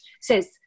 says